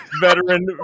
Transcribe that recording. veteran